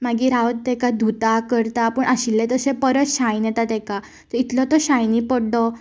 मागीर हांव तेका धुता करता पूण आशिल्ले तशे परत शायन येता तेंका इतलो तो शायनी पड्डो